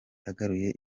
yagaruye